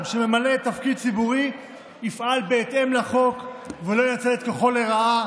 שממלא תפקיד ציבורי יפעלו בהתאם לחוק ולא ינצלו את כוחם לרעה,